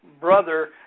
brother